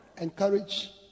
Encourage